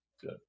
Good